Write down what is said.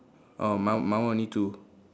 oh my my one only two